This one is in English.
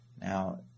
Now